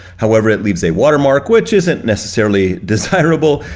however, it leaves a watermark, which isn't necessarily desirable.